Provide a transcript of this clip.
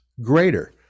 greater